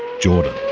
jordan.